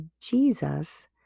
Jesus